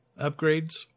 upgrades